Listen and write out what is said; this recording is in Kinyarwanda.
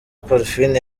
parfine